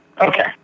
Okay